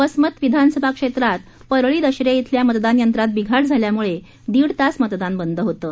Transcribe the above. वसमत विधानसभा क्षेत्रात परळी दशरे इथल्या मतदान यंत्रात बिघाड झाल्याम्ळे दीड तास मतदान बंद होतं